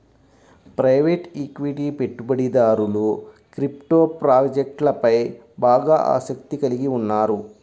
private equity పెట్టుబడిదారులు crypto ప్రాజెక్ట్లపై బాగా ఆసక్తిని కలిగి ఉన్నారు